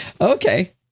Okay